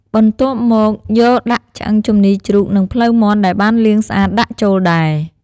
បន្ទាប់មក យកដាក់ឆ្អឹងជំនីជ្រូកនិងភ្លៅមាន់ដែលបានលាងស្អាតដាក់ចូលដែរ។